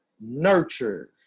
nurtures